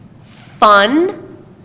fun